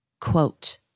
quote